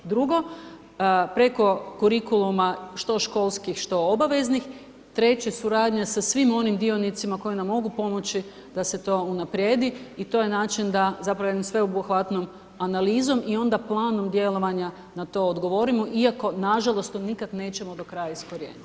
Drugo preko kurikuluma što školskih, što obaveznih, kreće suradnja sa svim onim dionicima, koji nam mogu pomoći da se to unaprijedi i to je način da zapravo jednom sveobuhvatnom analizom i onda planom djelovanja na to odgovorimo iako nažalost to nikada nećemo do kraja iskorijeniti.